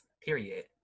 period